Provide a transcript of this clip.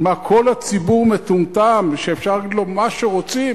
מה, כל הציבור מטומטם, שאפשר להגיד לו מה שרוצים?